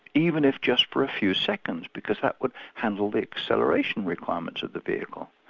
even if just for a few seconds, because that would handle the acceleration requirements of the vehicle.